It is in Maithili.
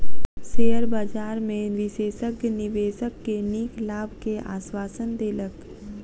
शेयर बजार में विशेषज्ञ निवेशक के नीक लाभ के आश्वासन देलक